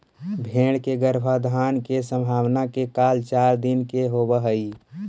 भेंड़ के गर्भाधान के संभावना के काल चार दिन के होवऽ हइ